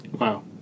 Wow